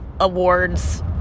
awards